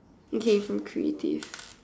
okay from creative